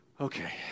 Okay